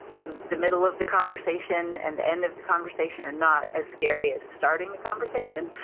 the the middle of the conversation and the end of the conversation are not as scary as starting the conversation.